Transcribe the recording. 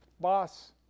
Boss